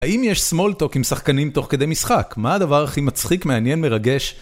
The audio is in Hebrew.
האם יש סמולטוק עם שחקנים תוך כדי משחק? מה הדבר הכי מצחיק, מעניין, מרגש,